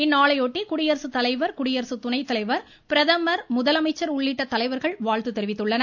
இந்நாளையொட்டி குடியரசுத்தலைவர் குடியரசு துணைத்தலைவர் பிரதமர் முதலமைச்சர் உள்ளிட்ட தலைவர்கள் வாழ்த்து தெரிவித்துள்ளனர்